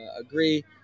agree